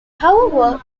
however